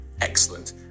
Excellent